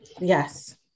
yes